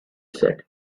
said